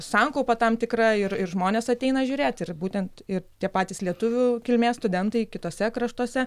sankaupa tam tikra ir žmonės ateina žiūrėt ir būtent ir tie patys lietuvių kilmės studentai kituose kraštuose